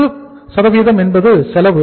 90 என்பது செலவு